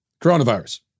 Coronavirus